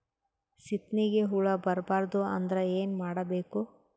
ಸೀತ್ನಿಗೆ ಹುಳ ಬರ್ಬಾರ್ದು ಅಂದ್ರ ಏನ್ ಮಾಡಬೇಕು?